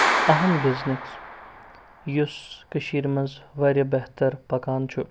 اَہم بِزنِس یُس کٔشیٖرِ منٛز واریاہ بہتر پَکان چھُ